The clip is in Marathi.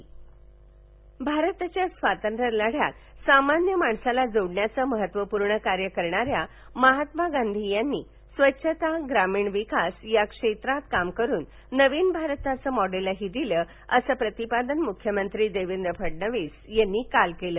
मख्यमंत्री गांधी भारताच्या स्वातंत्र्य लढ्यात सामान्य माणसाला जोडण्याचं महत्त्वपूर्ण कार्य करणाऱ्या महात्मा गांधी यांनी स्वच्छता ग्रामविकास या क्षेत्रात काम करून नविन भारताचं मॉडेलही दिलं असं प्रतिपादन मुख्यमंत्री देवेंद्र फडणवीस यांनी काल केलं